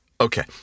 Okay